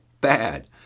Bad